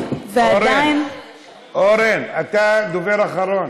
ועדיין, אורן, אתה דובר אחרון.